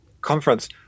conference